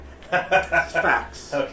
facts